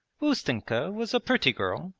ustenka was a pretty girl,